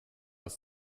aus